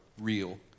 real